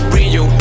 Rio